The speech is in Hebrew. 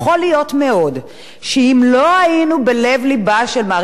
לא היינו בלב לבה של מערכת בחירות להסתדרות,